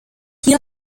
hier